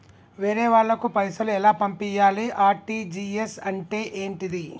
వేరే వాళ్ళకు పైసలు ఎలా పంపియ్యాలి? ఆర్.టి.జి.ఎస్ అంటే ఏంటిది?